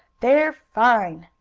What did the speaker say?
they're fine!